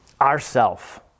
Ourself